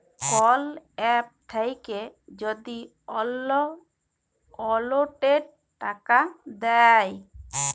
call app থাক্যে যদি অল্লো অকৌলটে টাকা দেয়